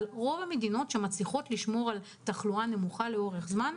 אבל רוב המדינות שמצליחות לשמור על תחלואה נמוכה לאורך זמן,